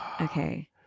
Okay